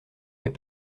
fais